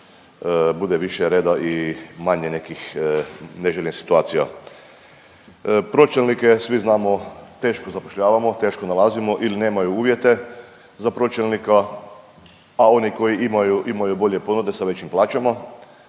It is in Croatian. bude više reda i manje nekih neželjenih situacija. Pročelnike svi znamo teško zapošljavamo, teško nalazimo ili nemaju uvjete za pročelnika, a oni koji imaju imaju bolje ponude sa većim plaćama